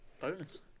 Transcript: bonus